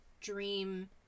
dream